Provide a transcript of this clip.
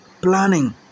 Planning